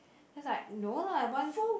he was like no lah one